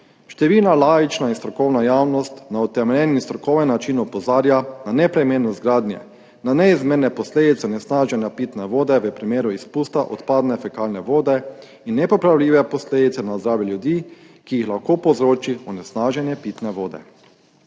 Številna laična in strokovna javnost na utemeljen in strokoven način opozarja na neprimernost gradnje, na neizmerne posledice onesnaženja pitne vode v primeru izpusta odpadne fekalne vode in nepopravljive posledice na zdravje ljudi, ki jih lahko povzroči onesnaženje pitne vode.